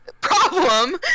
Problem